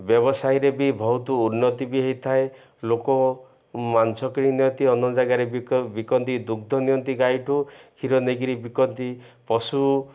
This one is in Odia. ବ୍ୟବସାୟୀରେ ବି ବହୁତ ଉନ୍ନତି ବି ହେଇଥାଏ ଲୋକ ମାଂସ କିଣି ନିଅନ୍ତି ଅ ଜାଗାରେ ବିକନ୍ତି ଦୁଗ୍ଧ ନିଅନ୍ତି ଗାଈ ଠୁ କ୍ଷୀର ନେଇକରି ବିକନ୍ତି ପଶୁ